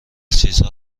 چیزها